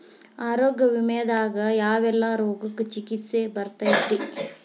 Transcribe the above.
ಆರೋಗ್ಯ ವಿಮೆದಾಗ ಯಾವೆಲ್ಲ ರೋಗಕ್ಕ ಚಿಕಿತ್ಸಿ ಬರ್ತೈತ್ರಿ?